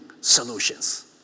solutions